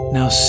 Now